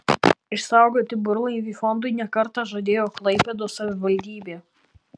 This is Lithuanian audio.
išsaugoti burlaivį fondui ne kartą žadėjo klaipėdos savivaldybė